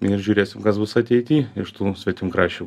ir žiūrėsim kas bus ateity iš tų svetimkraščių